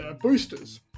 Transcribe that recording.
boosters